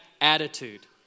attitude